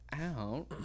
out